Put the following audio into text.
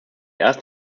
erst